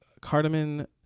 cardamom